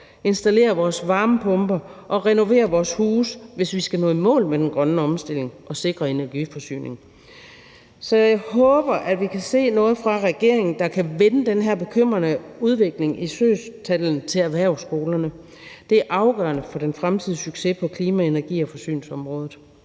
installere vores varmepumper og renovere vores huse, hvis vi skal nå i mål med den grønne omstilling og sikre energiforsyningen. Så jeg håber, at vi ser noget fra regeringen, der kan vende den her bekymrende udvikling i søgstallet til erhvervsskolerne. Det er afgørende for den fremtidige succes på klima-, energi- og forsyningsområdet.